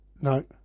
no